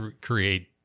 create